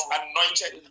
anointed